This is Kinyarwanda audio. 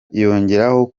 yongeraho